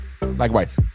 Likewise